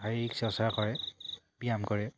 শাৰীৰিক চৰ্চা কৰে ব্যায়াম কৰে